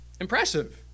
Impressive